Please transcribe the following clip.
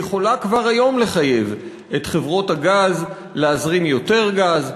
היא יכולה כבר היום לחייב את חברות הגז להזרים יותר גז.